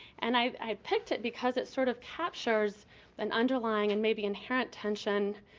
and i picked it because it sort of captures an underlying and maybe inherent tension,